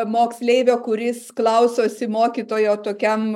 moksleivio kuris klausosi mokytojo tokiam